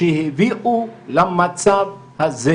שהביאו למצב הזה